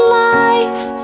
life